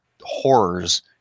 horrors